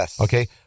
okay